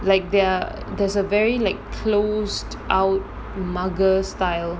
like there're there's a very like closed out mugger style